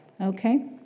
Okay